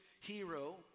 hero